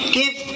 give